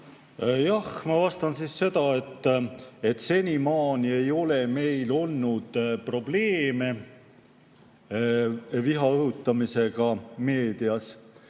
palun! Ma vastan nii, et senimaani ei ole meil olnud probleeme viha õhutamisega meedias